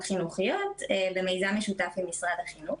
חינוכיות במיזם משותף עם משרד החינוך.